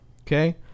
Okay